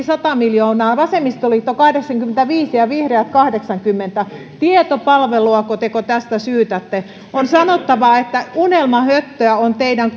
sata miljoonaa vasemmistoliitto kahdeksankymmentäviisi ja vihreät kahdeksankymmentä tietopalveluako te tästä syytätte on sanottava että unelmahöttöä on teidän